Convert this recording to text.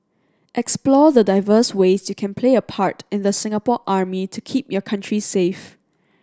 explore the diverse ways you can play a part in the Singapore Army to keep your country safe